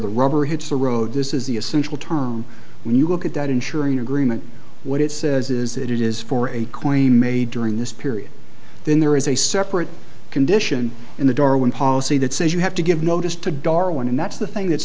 the rubber hits the road this is the essential term when you look at that ensuring agreement what it says is it is for a claim made during this period then there is a separate condition in the darwin policy that says you have to give notice to darwin and that's the thing that's